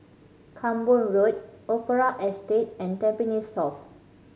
Camborne Road Opera Estate and Tampines South